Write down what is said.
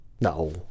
No